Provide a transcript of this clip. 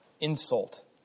insult